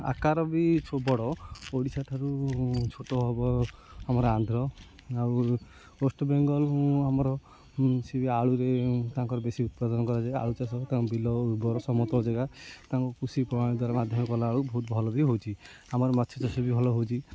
ଆକାର ବି ବଡ଼ ଓଡ଼ିଶା ଠାରୁ ଛୋଟ ହବ ଆମର ଆନ୍ଧ୍ର ଆଉ ୱେଷ୍ଟବେଙ୍ଗଲ୍ ଆମର ସିଏ ବି ଆଳୁରେ ତାଙ୍କର ବେଶୀ ଉତ୍ପାଦନ କରାଯାଏ ଆଳୁ ଚାଷ ବିଲ ଉର୍ବର ସମତଳ ଜାଗା ତାଙ୍କ କୃଷି ପ୍ରଣାଳୀ ଦ୍ୱାରା ମାଧ୍ୟମ କଲାବେଳକୁ ବହୁତ ଭଲ ବି ହେଉଛି ଆମର ମାଛ ଚାଷ ବି ଭଲ ହେଉଛି